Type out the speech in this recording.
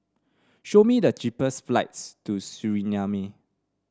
show me the cheapest flights to Suriname